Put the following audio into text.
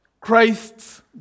Christ's